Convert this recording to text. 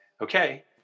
Okay